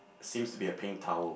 seems to be a pink towel